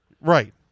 Right